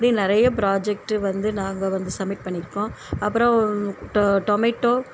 இப்படி நிறைய ப்ராஜெக்ட்டு வந்து நாங்கள் வந்து சமிட் பண்ணிருக்கோம் அப்பறம் டோ டொமேட்டோ